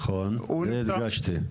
נכון, זה הדגשתי.